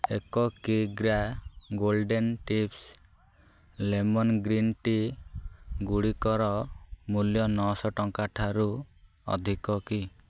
ଏକ କି ଗ୍ରା ଗୋଲ୍ଡେନ୍ ଟିପ୍ସ ଲେମନ୍ ଗ୍ରୀନ୍ ଟିଗୁଡ଼ିକର ମୂଲ୍ୟ ନଅଶହ ଟଙ୍କା ଠାରୁ ଅଧିକ କି